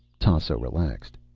tasso relaxed.